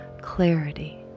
clarity